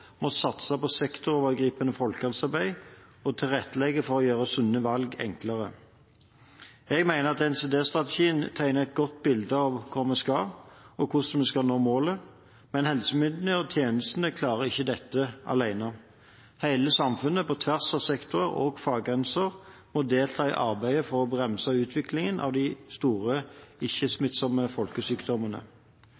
må satse på sektorovergripende folkehelsearbeid og tilrettelegging for å gjøre sunne valg enklere. Jeg mener at NCD-strategien tegner et godt bilde av hvor vi skal, og hvordan vi kan nå målet, men helsemyndighetene og -tjenestene klarer ikke dette alene. Hele samfunnet på tvers av sektorer og faggrenser må delta i arbeidet for å bremse utviklingen av de store,